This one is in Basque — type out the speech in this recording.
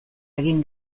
egin